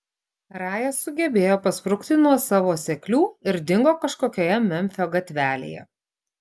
raja sugebėjo pasprukti nuo savo seklių ir dingo kažkokioje memfio gatvelėje